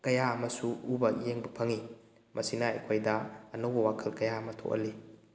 ꯀꯌꯥ ꯑꯃꯁꯨ ꯎꯕ ꯌꯦꯡꯕ ꯐꯪꯏ ꯃꯁꯤꯅ ꯑꯩꯈꯣꯏꯗ ꯑꯅꯧꯕ ꯋꯥꯈꯜ ꯀꯌꯥ ꯑꯃ ꯊꯣꯛꯍꯜꯂꯤ